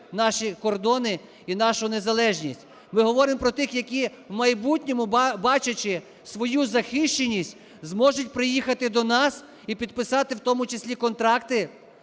наші кордони і нашу незалежність. Ми говоримо про тих, які в майбутньому, бачачи свою захищеність, зможуть приїхати до нас і підписати в тому числі контракти